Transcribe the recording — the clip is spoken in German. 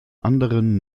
anderen